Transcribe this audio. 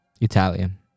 Italian